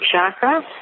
chakra